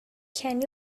can